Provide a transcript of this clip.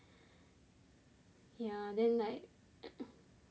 ya then like